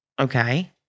Okay